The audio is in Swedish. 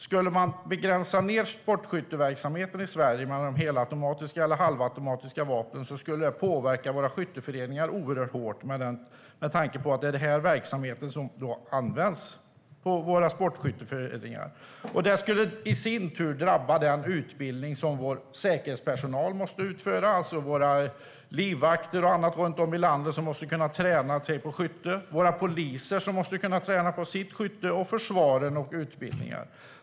Skulle man begränsa den till att inte omfatta helautomatiska eller halvautomatiska vapen skulle det påverka skytteföreningarnas verksamhet oerhört hårt. Det skulle i sin tur drabba den utbildning som säkerhetspersonal måste genomgå, alltså livvakter, poliser och försvaret som måste kunna träna skytte.